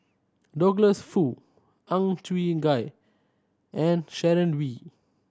Douglas Foo Ang Chwee Chai and Sharon Wee